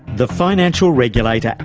the financial regulator,